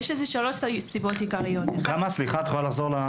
יש לזה שלוש סיבות עיקריות --- כמה נוטשות?